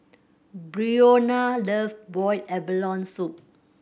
Breonna love boiled abalone soup